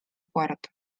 puerto